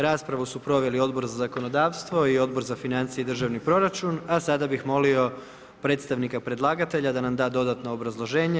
Raspravu su proveli Odbor za zakonodavstvo i Odbor za financije i državni proračun, a sada bih molio predstavnika predlagatelja da nam da dodatno obrazloženje.